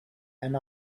and